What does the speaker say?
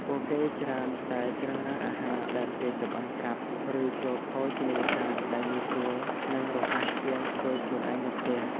ពួកគេច្រើនតែជ្រើសរើសអាហារដែលគេចម្អិនស្រាប់ ឬចូលភោជនីដ្ឋានដែលងាយស្រួល និងរហ័សជាងធ្វើខ្លួនឯងនៅផ្ទះ។